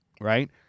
right